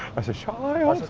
as a child.